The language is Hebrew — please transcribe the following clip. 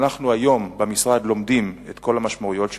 ואנחנו במשרד היום לומדים את כל המשמעויות שלו.